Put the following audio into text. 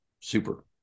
Super